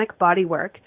bodywork